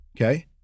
Okay